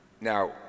Now